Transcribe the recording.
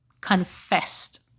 confessed